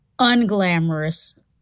unglamorous